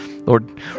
Lord